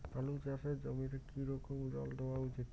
আলু চাষের জমিতে কি রকম জল দেওয়া উচিৎ?